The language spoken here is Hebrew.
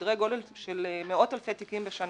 בסדרי גודל של מאות אלפי תיקים בשנה.